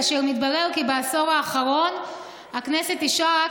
ומתברר כי בעשור האחרון הכנסת אישרה רק